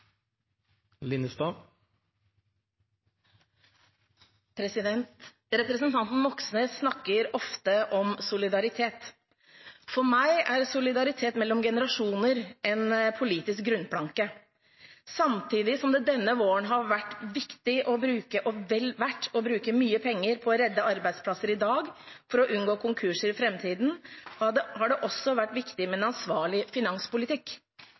solidaritet mellom generasjoner en politisk grunnplanke. Samtidig som det denne våren har vært viktig – og vel verd – å bruke mye penger på å redde arbeidsplasser i dag for å unngå konkurser i framtiden, har det også vært viktig med en ansvarlig finanspolitikk.